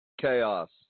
Chaos